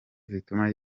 zituma